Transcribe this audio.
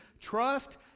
Trust